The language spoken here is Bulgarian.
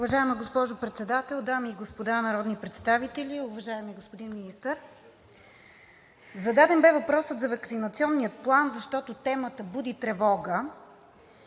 Уважаема госпожо Председател, дами и господа народни представители! Уважаеми господин Министър, зададен бе въпросът за Ваксинационния план, защото темата буди тревога,